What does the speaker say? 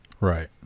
Right